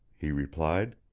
he replied.